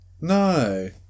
no